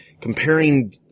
comparing